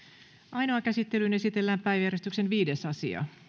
ainoaan käsittelyyn esitellään päiväjärjestyksen viides asia